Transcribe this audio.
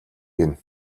гэнэ